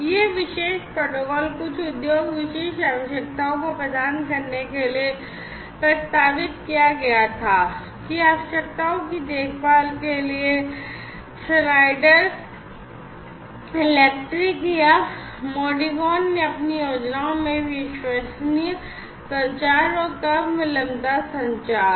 यह विशेष प्रोटोकॉल कुछ उद्योग विशिष्ट आवश्यकताओं को प्रदान करने के लिए प्रस्तावित किया गया था कि आवश्यकताओं की देखभाल के लिए श्नाइडर इलेक्ट्रिक या Modicon ने अपनी योजनाओं में विश्वसनीय संचार और कम विलंबता संचार किया